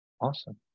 awesome